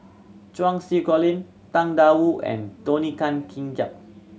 Cheng Xinru Colin Tang Da Wu and Tony Tan Keng